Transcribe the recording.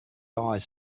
eyes